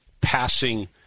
passing